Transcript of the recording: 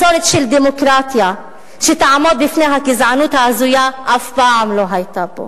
מסורת של דמוקרטיה שתעמוד בפני הגזענות ההזויה אף פעם לא היתה פה.